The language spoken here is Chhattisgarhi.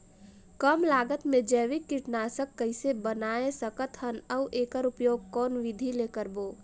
कम लागत मे जैविक कीटनाशक कइसे बनाय सकत हन अउ एकर उपयोग कौन विधि ले करबो?